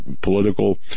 political